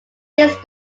his